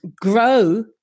grow